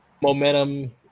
momentum